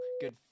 Good